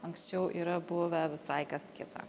anksčiau yra buvę visai kas kita